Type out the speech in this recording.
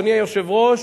אדוני היושב-ראש,